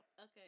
Okay